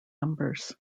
numbers